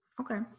Okay